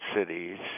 cities